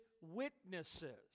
witnesses